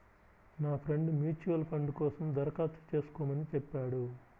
నా friend mutual fund కోసం దరఖాస్తు చేస్కోమని చెప్పాడు